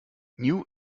new